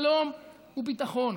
שלום וביטחון.